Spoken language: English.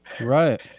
Right